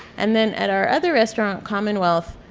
and then at our other restaurant, commonwealth,